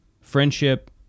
friendship